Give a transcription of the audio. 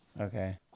Okay